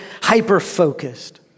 hyper-focused